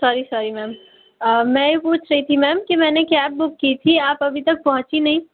सौरी sorry ma'am मैं ये पूछ रही थी मैम कि मैंने कैब बुक की था आप अभी तक पहुंची नहीं